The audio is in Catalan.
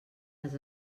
les